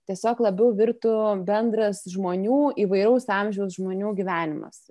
tiesiog labiau virtų bendras žmonių įvairaus amžiaus žmonių gyvenimas